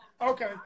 Okay